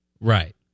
Right